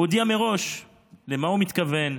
הוא הודיע מראש למה הוא מתכוון,